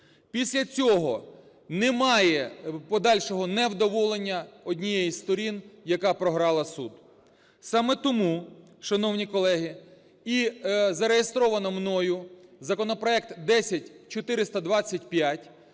Після цього немає подальшого невдоволення однієї з сторін, яка програла суд. Саме тому, шановні колеги, і зареєстровано мною законопроект 10425,